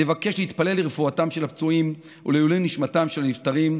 אני מבקש להתפלל לרפואתם של הפצועים ולעילוי נשמתם של הנפטרים.